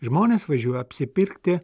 žmonės važiuoja apsipirkti